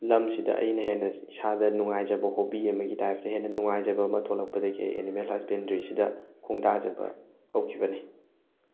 ꯂꯝꯁꯤꯗ ꯑꯩꯅ ꯍꯦꯟꯅ ꯏꯁꯥꯗ ꯅꯨꯡꯉꯥꯏꯖꯕ ꯍꯣꯕꯤ ꯑꯃꯒꯤ ꯇꯥꯏꯞꯇ ꯍꯦꯟꯅ ꯅꯨꯡꯉꯥꯏꯖꯕ ꯑꯃ ꯊꯣꯛꯂꯛꯄꯗꯒꯤ ꯑꯩ ꯑꯦꯅꯤꯃꯦꯜ ꯍꯁꯕꯦꯟꯗ꯭ꯔꯤꯁꯤꯗ ꯈꯣꯡꯗꯥꯖꯕ ꯍꯧꯈꯤꯕꯅꯤ